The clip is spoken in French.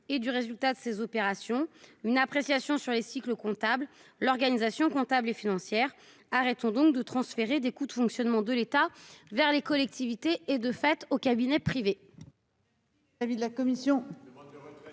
et du résultat de ces opérations, une appréciation sur les cycles comptable l'organisation comptable et financière arrêtons donc de transférer des coûts de fonctionnement de l'État vers les collectivités et de fait au cabinet privé.--